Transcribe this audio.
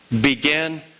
begin